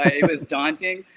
it was daunting.